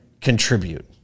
contribute